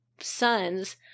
sons